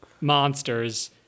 Monsters